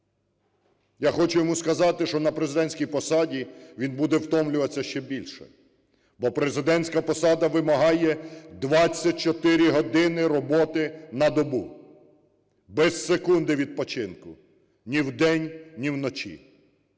я хочу йому сказати, що на президентській посаді він буде втомлюватися ще більше, бо президентська посада вимагає 24 години роботи на добу без секунди відпочинку ні вдень, ні вночі.